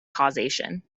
causation